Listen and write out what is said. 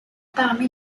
parmi